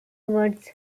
awards